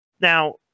Now